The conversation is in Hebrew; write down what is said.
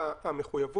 שהזמן של ההקמה מתארך.